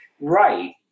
right